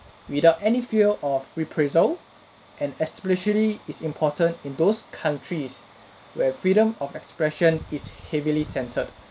without any fear of reprisal and especially is important in those countries where freedom of expression is heavily censored